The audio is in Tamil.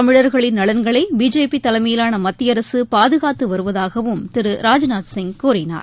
தமிழர்களின் நலன்களை பிஜேபி தலைமையிலான மத்திய அரசு பாதுகாத்து வருவதாகவும் திரு ராஜ்நாத் சிங் கூறினார்